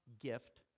gift